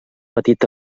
petit